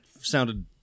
sounded